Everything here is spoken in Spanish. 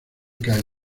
calle